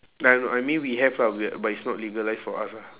I know I mean we have lah we~ but it's not legalised for us ah